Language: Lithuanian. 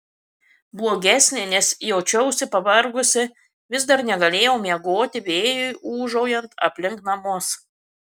blogesnė nes jaučiausi pavargusi vis dar negalėjau miegoti vėjui ūžaujant aplink namus